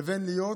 לבין להיות